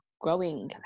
growing